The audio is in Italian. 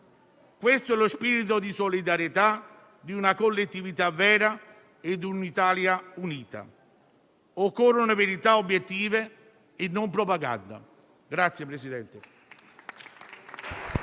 questo è lo spirito di solidarietà di una collettività vera e di un'Italia unita. Occorrono verità obiettive e non propaganda.